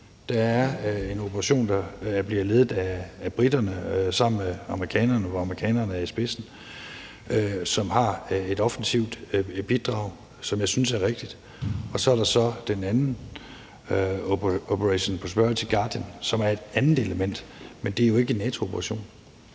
Der er en operation, der bliver ledet af briterne sammen med amerikanerne med amerikanerne i spidsen, og som leverer et offensivt bidrag, som jeg synes er rigtigt, og så er der den anden operation, »Operation Prosperity Guardian«, som er et andet element, men det er jo ikke en NATO-operation.